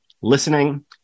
listening